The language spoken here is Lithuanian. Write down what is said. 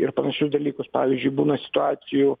ir panašius dalykus pavyzdžiui būna situacijų